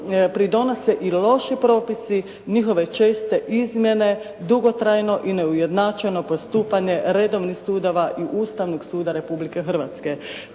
pridonose i loši propisi, njihove česte izmjene, dugotrajno i neujednačeno postupanje redovnih sudova i Ustavnog suda Republike Hrvatske.